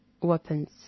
weapons